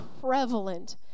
prevalent